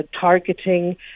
targeting